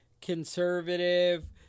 conservative